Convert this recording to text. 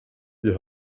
wir